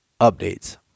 updates